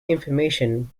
information